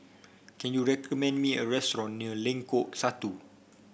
can you recommend me a restaurant near Lengkok Satu